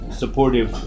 supportive